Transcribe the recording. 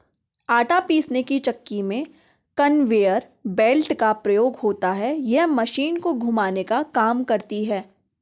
आटा पीसने की चक्की में कन्वेयर बेल्ट का प्रयोग होता है यह मशीन को घुमाने का काम करती है